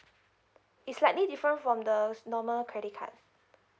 it's slightly different from the normal credit card